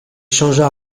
changea